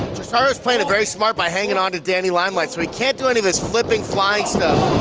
tresario's playing it very smart by hanging on to danny limelight. so he can't do any of this flipping flying stuff.